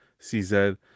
CZ